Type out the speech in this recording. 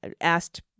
asked